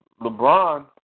LeBron